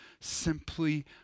simply